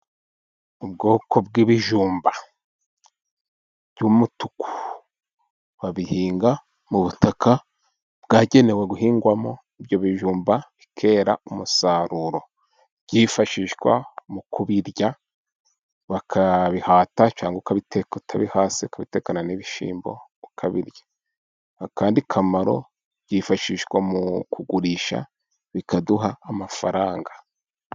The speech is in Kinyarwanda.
Ubwoko bw'ibijumba by'umutuku babihinga mu butaka bwagenewe guhingwamo ibyo bijumba bi kera bigatanga umusaruro, byifashishwa mu kubirya bakabihata cyangwa uka biteka utabihase kubitekana n'ibishyimbo ukabirya, akandi kamaro byifashishwa mu kugurisha bikaduha amafaranga.